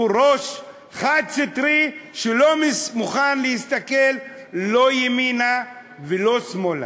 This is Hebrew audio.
הוא ראש חד-סטרי שלא מוכן להסתכל לא ימינה ולא שמאלה.